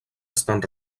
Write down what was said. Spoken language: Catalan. estan